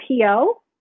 PO